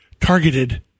targeted